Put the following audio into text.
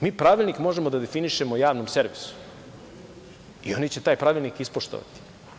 Mi pravilnik možemo da definišemo Javnom servisu i oni će taj pravilnik ispoštovati.